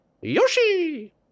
Yoshi